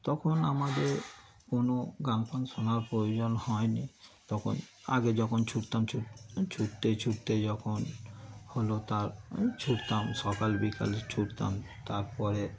তখন আমাদের কোনো গান ফান শোনার প্রয়োজন হয়নি তখন আগে যখন ছুটতাম ছুট ছুটতে ছুটতে যখন হলো তার ছুটতাম সকাল বিকালে ছুটতাম তার পরে